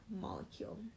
molecule